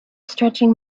stretching